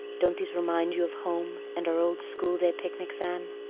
don't these remind you of home and our old schoolday picnics, anne?